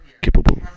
capable